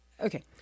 okay